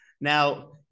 Now